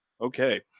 Okay